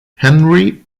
henry